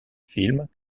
film